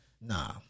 Nah